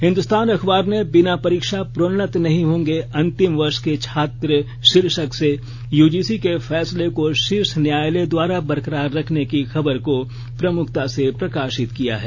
हिंदुस्तान अखबार ने बिना परीक्षा प्रोन्नत नहीं होंगे अंतिम वर्ष के छात्र शीर्षक से यूजीसी के फैसले को शीर्ष न्यायालय द्वारा बरकरार रखने की खबर को प्रमुखता से प्रकाशित किया है